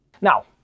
Now